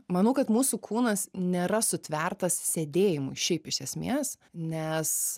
manau kad mūsų kūnas nėra sutvertas sėdėjimui šiaip iš esmės nes